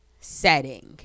setting